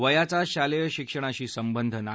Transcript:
वयाचा शालेय शिक्षणाशी संबंध नाही